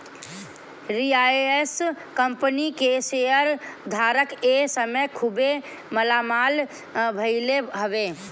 Reliance company के share धारक ए समय खुबे मालामाल भईले हवे